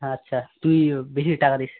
হ্যাঁ আচ্ছা তুই বেরিয়ে টাকা দিস